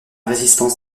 résistance